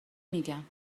میگم